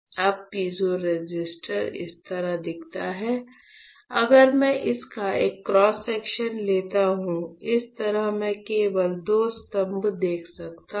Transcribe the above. अगर piezo resistor इस तरह दिखता है अगर मैं इसका एक क्रॉस सेक्शन लेता हूं इस तरह मैं केवल दो स्तंभ देख सकता हूँ